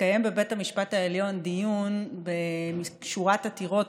יתקיים בבית המשפט העליון דיון בשורת עתירות,